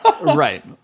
right